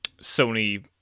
Sony